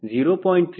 3 ಇಂದ 0